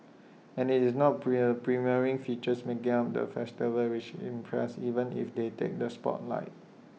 and IT is not prier premiering features making up the festival which impress even if they take the spotlight